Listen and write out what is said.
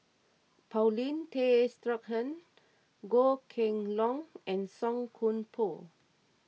Paulin Tay Straughan Goh Kheng Long and Song Koon Poh